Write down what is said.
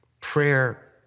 prayer